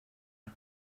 and